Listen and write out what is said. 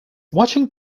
watching